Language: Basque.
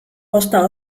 ozta